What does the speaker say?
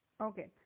Okay